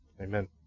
Amen